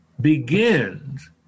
begins